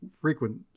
frequent